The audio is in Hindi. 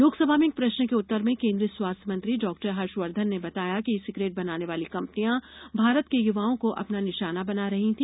लोकसभा में एक प्रश्न के उत्तर में केन्द्रीय स्वास्थ्य मंत्री डॉक्टर हर्षवर्धन ने बताया कि ई सिगरेट बनाने वाली कम्पनियां भारत के युवाओं को अपना निशाना बना रही थी